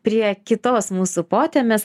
prie kitos mūsų potėmės